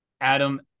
Adam